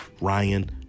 Ryan